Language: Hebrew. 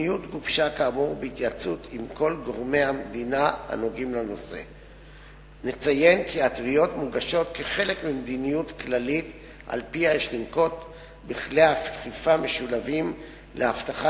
3 4. המדיניות